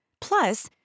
plus